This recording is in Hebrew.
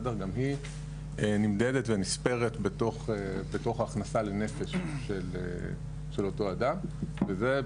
גם היא נמדדת ונספרת בתוך הכנסה לנפש של אותו אדם וזה,